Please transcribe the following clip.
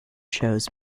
shows